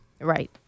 Right